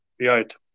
Right